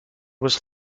was